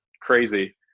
crazy